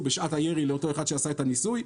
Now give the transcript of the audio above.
בשעת הירי לאותו אחד שעשה את הניסוי.